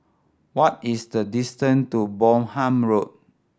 what is the distant to Bonham Road